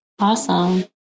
Awesome